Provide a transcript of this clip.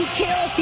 kill